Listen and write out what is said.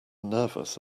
nervous